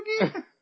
again